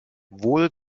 wohl